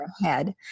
ahead